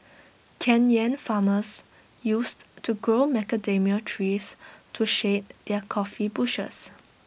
Kenyan farmers used to grow macadamia trees to shade their coffee bushes